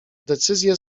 decyzję